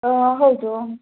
ಹಾಂ ಹೌದು